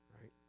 right